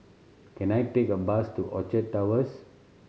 can I take a bus to Orchard Towers